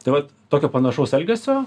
tai vat tokio panašaus elgesio